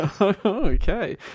Okay